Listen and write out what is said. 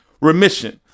remission